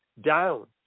down